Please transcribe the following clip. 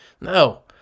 No